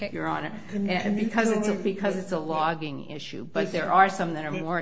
that you're on it and because of because it's a logging issue but there are some that are more